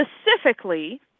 specifically